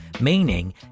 meaning